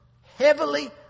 heavily